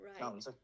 right